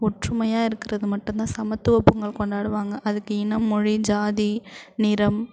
ஒற்றுமையாக இருக்கிறது மட்டுந்தான் சமத்துவ பொங்கல் கொண்டாடுவாங்க அதுக்கு இனம் மொழி ஜாதி நிறம்